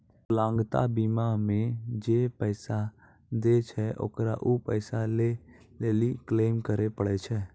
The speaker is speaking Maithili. विकलांगता बीमा मे जे पैसा दै छै ओकरा उ पैसा लै लेली क्लेम करै पड़ै छै